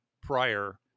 prior